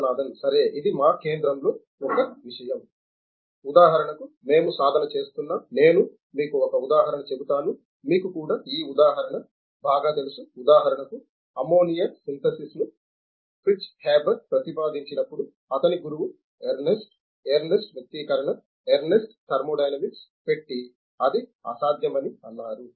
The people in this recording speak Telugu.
విశ్వనాథన్ సరే ఇది మా కేంద్రంలో ఒక విషయం ఉదాహరణకు మేము సాధన చేస్తున్నాం నేను మీకు ఒక ఉదాహరణ చెబుతాను మీకు కూడా ఈ ఉదాహరణ బాగా తెలుసు ఉదాహరణకు అమ్మోనియా సింథసిస్ ను ఫ్రిట్జ్ హేబర్ ప్రతిపాదించినప్పుడు అతని గురువు ఎర్నెస్ట్ ఎర్నెస్ట్ వ్యక్తీకరణ ఎర్నెస్ట్ థర్మోడైనమిక్స్ పెట్టి అది అసాధ్యమని అన్నారు